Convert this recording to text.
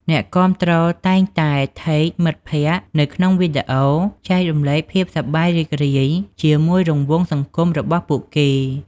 អ្នកគាំទ្រតែងតែ Tag មិត្តភក្តិនៅក្នុងវីដេអូ ចែករំលែកភាពសប្បាយរីករាយជាមួយរង្វង់សង្គមរបស់ពួកគេ។